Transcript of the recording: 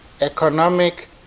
economic